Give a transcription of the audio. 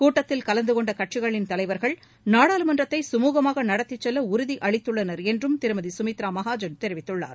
கூட்டத்தில் கலந்து கொண்ட கட்சிகளின் தலைவர்கள் நாடாளுமன்றத்தை சுமுகமாக நடத்திச் செல்ல உறுதி அளித்துள்ளனர் என்றும் திருமதி சுமித்ரா மஹாஜன் தெரிவித்துள்ளார்